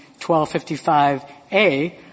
1255A